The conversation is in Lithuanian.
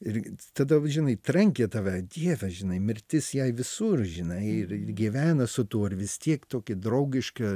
ir tada žinai trenkė tave dieve žinai mirtis jai visur žinai ir gyvena su tuo ir vis tiek tokia draugiška